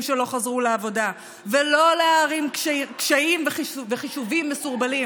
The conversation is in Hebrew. שלא חזרו לעבודה ולא להערים קשיים וחישובים מסורבלים.